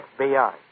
FBI